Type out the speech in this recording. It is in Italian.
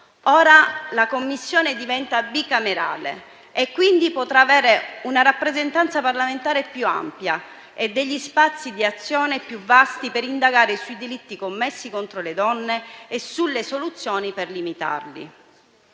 Ora la Commissione diventa bicamerale e quindi potrà avere una rappresentanza parlamentare più ampia e degli spazi di azione più vasti per indagare sui delitti commessi contro le donne e sulle soluzioni per limitarli.